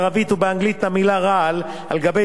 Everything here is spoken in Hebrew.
בערבית ובאנגלית את המלה "רעל" על גבי